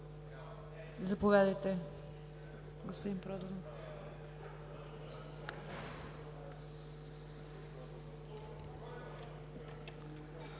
Заповядайте, господин Проданов